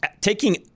taking